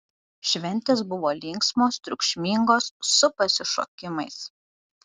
šventės buvo linksmos triukšmingos su pasišokimais